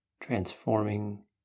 transforming